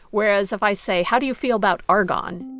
whereas, if i say, how do you feel about argon?